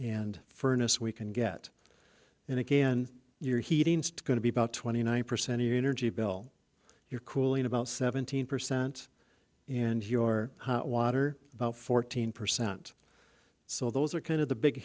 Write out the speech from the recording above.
and furnace we can get and again your heating going to be about twenty nine percent of your energy bill your cooling about seventeen percent and your water about fourteen percent so those are kind of the big